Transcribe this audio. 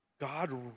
God